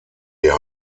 wir